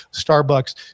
Starbucks